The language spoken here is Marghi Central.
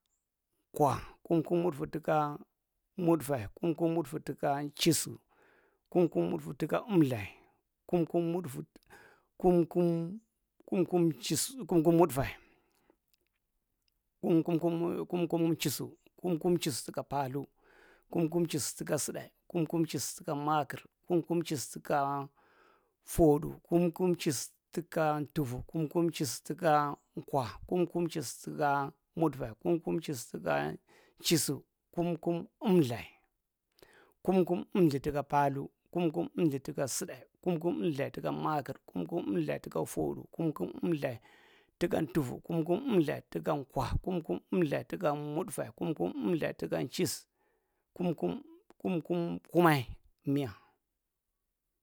Kwa, kum kum mutfa tuka mutfae tuka emlthae, kum kum mutf kum kum chis kum kum kum’nchis tuka paalthu, kum kum chis tuka sutdae, kum kum chis tuka maakir, kum kum chis tuka footdu kum kum chis tukan’ntufu, kum kum’chis tukan’kwa, kum kum chis tukaa mutfae, kum kum chis tukan chisu kum kum emlthae, kum kum emlthu tuka paalthu, kum kum emlthu tuka sutdae, kum kum emlthae tuka maakir, kum kum emlthae tuka footdu, kum kum emlthae, tuka kwa, kum kum emlthay tukan’chis, kum kumm kum kum kummay miya.